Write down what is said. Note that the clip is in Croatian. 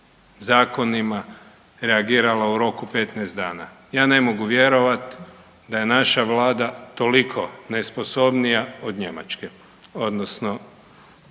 zakonima reagirala u roku 15 dana. Ja ne mogu vjerovati da je naša Vlada toliko nesposobnija od njemačke, odnosno,